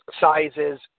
sizes